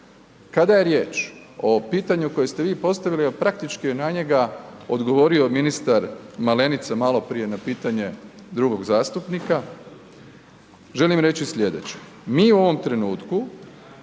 Kada je riječ o pitanju koje ste vi postavili, a praktički je na njega odgovorio ministar Malenica maloprije na pitanje drugog zastupnika, želim reći sljedeće, mi u ovom trenutku